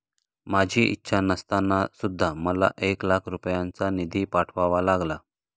माझी इच्छा नसताना सुद्धा मला एक लाख रुपयांचा निधी पाठवावा लागला